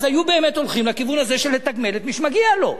אז היו באמת הולכים לכיוון הזה של לתגמל את מי שמגיע לו.